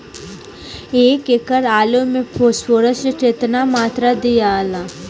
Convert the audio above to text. एक एकड़ आलू मे फास्फोरस के केतना मात्रा दियाला?